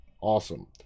Awesome